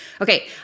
Okay